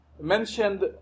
mentioned